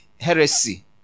heresy